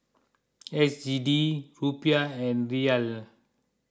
S G D Rupiah and Riyal